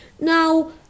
Now